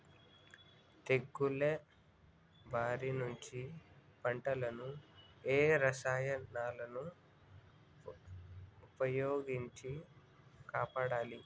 తెగుళ్ల బారి నుంచి పంటలను ఏ రసాయనాలను ఉపయోగించి కాపాడాలి?